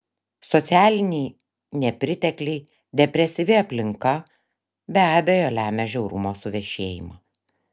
socialiniai nepritekliai depresyvi aplinka be abejo lemia žiaurumo suvešėjimą